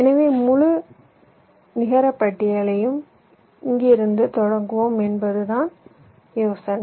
எனவே முழு நிகரப்பட்டியலில் இருந்து தொடங்குவோம் என்பதுதான் யோசனை